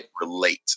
relate